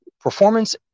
performance